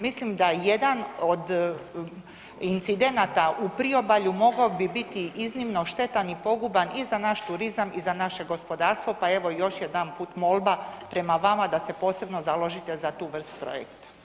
Mislim da jedan od incidenata u priobalju mogao bi biti iznimno štetan i poguban i za naš turizam i za naše gospodarstvo, pa evo još jedanput molba prema vama da se posebno založite za tu vrstu projekta.